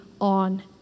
on